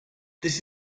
this